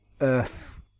earth